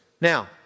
Now